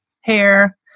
hair